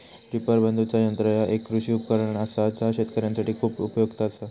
reaper बांधुचा यंत्र ह्या एक कृषी उपकरण असा जा शेतकऱ्यांसाठी खूप उपयुक्त असा